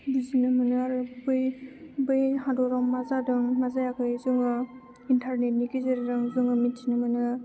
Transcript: बुजिनो मोनो आरो बै हादराव मा जादों मा जायाखै जोङो इन्टारनेटनि गेजेरजों जोङो मिथिनो मोनो